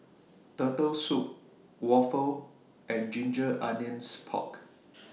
Turtle Soup Waffle and Ginger Onions Pork